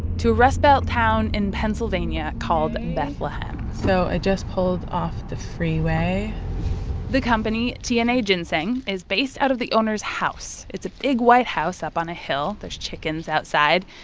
to a rustbelt town in pennsylvania called bethlehem so i just pulled off the freeway the company, tna ginseng, is based out of the owner's house. it's a big white house up on a hill. there's chickens outside.